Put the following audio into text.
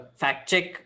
fact-check